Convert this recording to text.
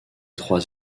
trois